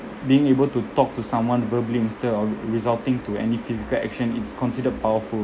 being able to talk to someone verbally instead of resorting to any physical action it's considered powerful